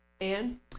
Anne